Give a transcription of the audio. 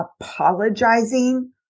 apologizing